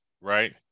right